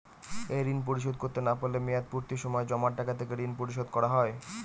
এই ঋণ পরিশোধ করতে না পারলে মেয়াদপূর্তির সময় জমা টাকা থেকে ঋণ পরিশোধ করা হয়?